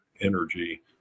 energy